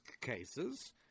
cases